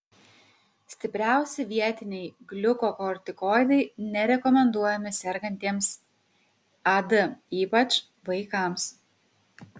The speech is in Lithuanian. stipriausi vietiniai gliukokortikoidai nerekomenduojami sergantiesiems ad ypač vaikams